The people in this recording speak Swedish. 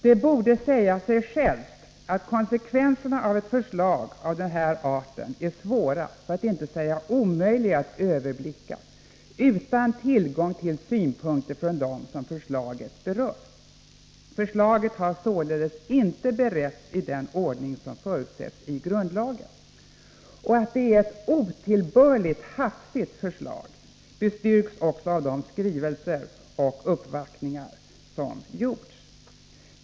Det borde säga sig självt att konsekvenserna av ett förslag av den här arten är svåra för att inte säga omöjliga att överblicka utan tillgång till synpunkter från dem som förslaget berör. Förslaget har således inte beretts i den ordning som förutsätts i grundlagen. Att det är ett otillbörligt hafsigt förslag bestyrks också av de skrivelser och uppvaktningar som gjorts.